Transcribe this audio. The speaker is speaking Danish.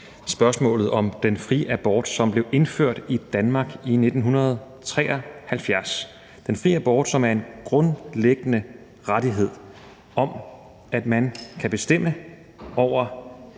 spørgsmålet om den fri abort, som blev indført i Danmark i 1973. Den fri abort er en grundlæggende rettighed om, at man kan bestemme over